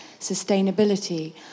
sustainability